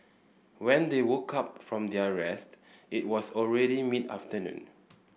when they woke up from their rest it was already mid afternoon